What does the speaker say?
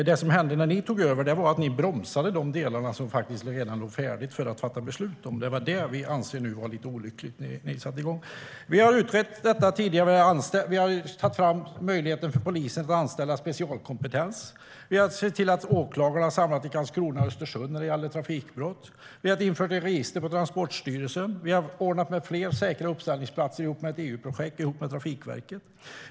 Det som hände när ni tog över var att ni bromsade de delar som redan låg färdiga för beslut. Det anser vi var olyckligt. Vi har utrett möjligheten för polisen att anställa specialkompetens. Vi har sett till att åklagarna är samlade i Karlskrona och Östersund när det gäller trafikbrott. Vi har infört ett register på Transportstyrelsen. Vi har ordnat med fler säkra uppställningsplatser i ett EU-projekt tillsammans med Trafikverket.